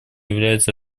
является